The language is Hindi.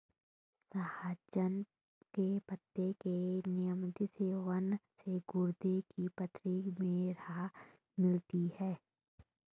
सहजन के पत्ते के नियमित सेवन से गुर्दे की पथरी में राहत मिलती है